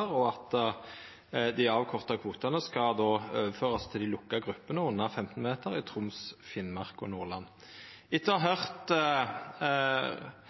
og at dei avkorta kvotane skal overførast til dei lukka gruppene under 15 meter i Troms, Finnmark og Nordland. Etter å ha